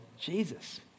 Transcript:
Jesus